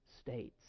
states